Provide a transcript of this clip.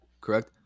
Correct